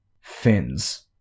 Fins